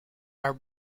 are